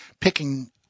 picking